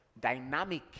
dynamic